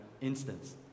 instance